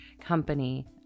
company